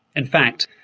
in fact,